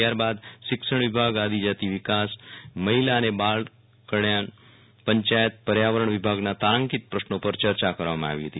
ત્યારબાદ શિક્ષણ વિભાગ આદિજાતી વિકાસ વેન મહિલા અને બાળ કલ્યાણ પંચાયત પર્યાવરણ વીભાગના તારાંકિત પ્રશ્નો પર ચર્ચા કરવામાં આવી હતી